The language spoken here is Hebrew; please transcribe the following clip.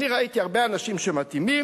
אני ראיתי הרבה אנשים שמתאימים.